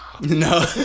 No